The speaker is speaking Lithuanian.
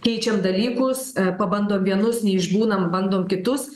keičiam dalykus pabandom vienus neišbūnam bandom kitus